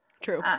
True